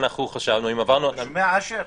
אתה שומע, אשר?